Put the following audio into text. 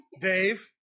Dave